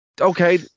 okay